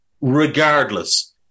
regardless